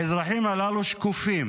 האזרחים הללו שקופים